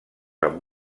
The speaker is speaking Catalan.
amb